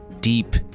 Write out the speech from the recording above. deep